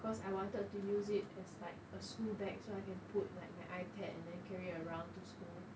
cause I wanted to use it as like a school bag so I can put like my ipad and then carry around to school